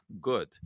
good